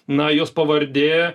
na jos pavardė